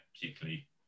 particularly